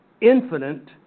infinite